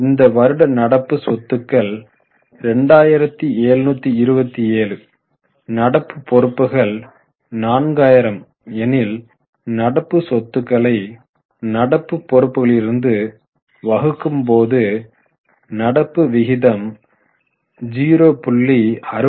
இந்த வருட நடப்பு சொத்துக்கள் 2727 நடப்பு பொறுப்புகள் 4000 எனில் நடப்பு சொத்துக்களை நடப்பு பொறுப்புகளிலிருந்து வகுக்கும் போது நடப்பு விகிதம் 0